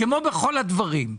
כמו בכל הדברים,